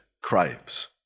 craves